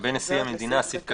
לגבי נשיא המדינה, סעיף (א),